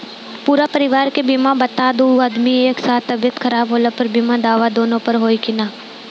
पूरा परिवार के बीमा बा त दु आदमी के एक साथ तबीयत खराब होला पर बीमा दावा दोनों पर होई की न?